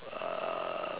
uh